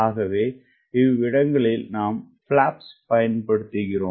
ஆகவேஇவ்விடங்களில்நாம் பிளாப்ஸ்பயன்படுத்துகிறோம்